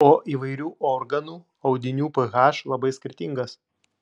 o įvairių organų audinių ph labai skirtingas